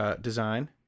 design